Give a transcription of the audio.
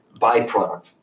byproduct